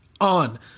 On